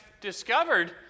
discovered